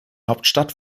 hauptstadt